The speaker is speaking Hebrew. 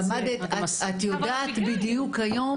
למדת, את יודעת בדיוק היום איך שוטר עובד.